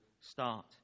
start